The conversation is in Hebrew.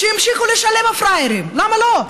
שימשיכו לשלם, הפראיירים, למה לא.